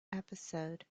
episode